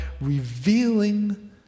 revealing